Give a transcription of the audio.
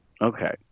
Okay